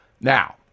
Now